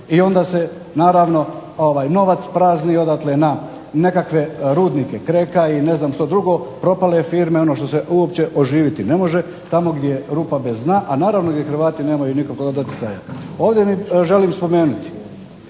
i onda se naravno novac prazni odatle na nekakve rudnike Kreka i ne znam što drugo, propale firme, ono što se uopće oživiti ne može, tamo gdje je rupa bez dna, a naravno gdje Hrvati nemaju nikakvog doticaja. Ovdje želim spomenuti,